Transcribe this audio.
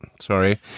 Sorry